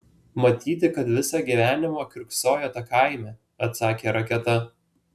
matyti kad visą gyvenimą kiurksojote kaime atsakė raketa